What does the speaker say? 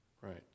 Right